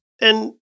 And-